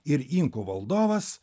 ir inkų valdovas